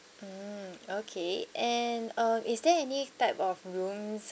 mm okay and uh is there any type of rooms